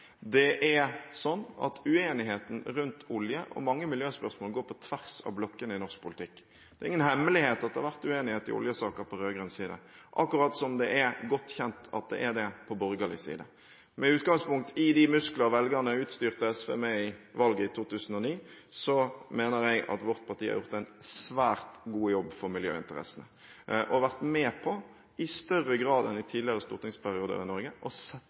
Uenigheten om olje og mange av miljøspørsmålene går på tvers av blokkene i norsk politikk. Det er ingen hemmelighet at det har vært uenighet i oljesaker på rød-grønn side, akkurat som det er godt kjent at det også er det på borgerlig side. Med utgangspunkt i de muskler velgerne utstyrte SV med i valget i 2009, mener jeg at vårt parti har gjort en svært god jobb for miljøinteressene og har vært med på – i større grad enn i tidligere stortingsperioder i Norge – å